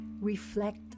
Reflect